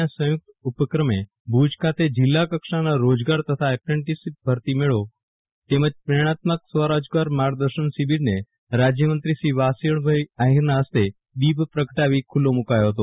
ના સંયુકત ઉપક્રમે ભુજ ખાતે જિલ્લાકક્ષાના રોજગાર તથા એપ્રેન્ટીસ ભરતીમેળો તેમજ પ્રેરણાત્મકસ્વરોજગાર માર્ગદર્શન શિબિરને રાજયમંત્રી શ્રી વાસણભાઈ આફિરના ફસ્તે દીપ પ્રગટાવી ખુલ્લો મૂકાયો ફતો